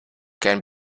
can